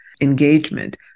engagement